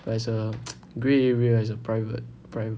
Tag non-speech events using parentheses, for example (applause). but it's a (noise) gray area it's a private privat~